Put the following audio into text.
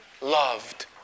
loved